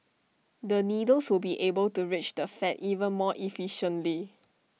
the needles will be able to reach the fat even more efficiently